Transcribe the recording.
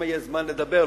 שמא יש זמן לדבר.